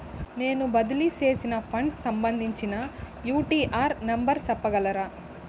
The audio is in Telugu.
నేను బదిలీ సేసిన ఫండ్స్ సంబంధించిన యూ.టీ.ఆర్ నెంబర్ సెప్పగలరా